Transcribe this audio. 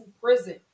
prison